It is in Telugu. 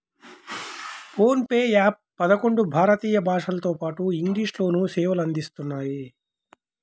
ఫోన్ పే యాప్ పదకొండు భారతీయ భాషలతోపాటు ఇంగ్లీష్ లోనూ సేవలు అందిస్తున్నాయి